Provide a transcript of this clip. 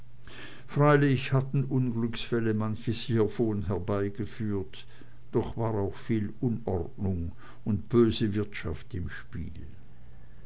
freilich hatten unglücksfälle manches hiervon herbeigeführt doch war auch viel unordnung und böse wirtschaft im spiel